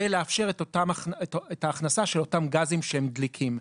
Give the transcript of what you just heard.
ולאפשר את ההכנסה של אותם גזים שהם דליקים.